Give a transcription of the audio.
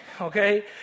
okay